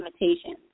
limitations